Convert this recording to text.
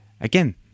Again